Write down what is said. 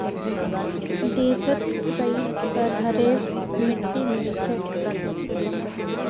देशत कई तरहरेर मिट्टी मिल छेक